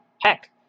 Heck